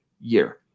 year